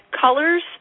Colors